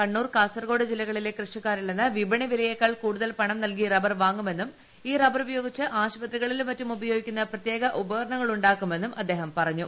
കണ്ണൂർ കാസർകോട് ജില്ലകളിലെ കൃഷിക്കാരിൽ നിന്ന് വിപണിവിലയേക്കാൾ കൂടുതൽ പണം നൽകി റബർ വാങ്ങുമെന്നും ഈ റബർ ഉപയോഗിച്ച് ആശുപത്രികളിലും മറ്റും ഉപയോഗിക്കുന്ന പ്രത്യേക ഉപകരണങ്ങൾ ഉണ്ടാക്കുമെന്നും അദ്ദേഹം പറഞ്ഞു